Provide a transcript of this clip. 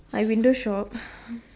I window shop